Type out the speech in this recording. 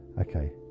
Okay